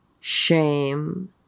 shame